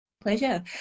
Pleasure